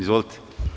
Izvolite.